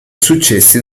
successi